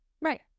Right